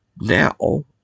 Now